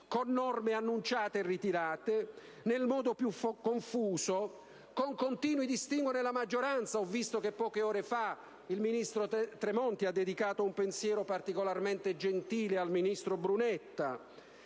con norme annunciate e ritirate nel modo più confuso, con continui distinguo nella maggioranza (ho visto che poche ore fa il ministro Tremonti ha dedicato un pensiero particolarmente gentile al ministro Brunetta)